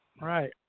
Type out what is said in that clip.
Right